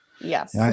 Yes